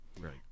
Right